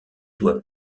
doigts